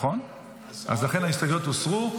לכן ההסתייגויות הוסרו.